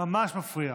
ממש מפריע.